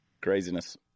Craziness